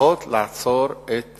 לפחות לעצור את